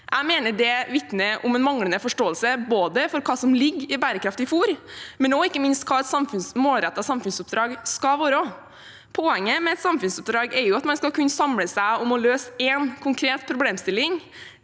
Jeg mener det vitner om en manglende forståelse både for hva som ligger i bærekraftig fôr og ikke minst for hva et målrettet samfunnsoppdrag skal være. Poenget med et samfunnsoppdrag er jo at man skal kunne samle seg om å løse én konkret problemstilling.